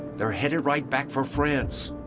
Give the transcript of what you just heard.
they're headed right back for france.